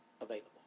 available